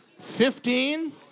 Fifteen